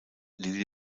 lily